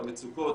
את המצוקות,